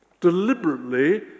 deliberately